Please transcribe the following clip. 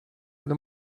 what